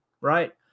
right